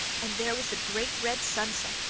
and there was the great red sunset,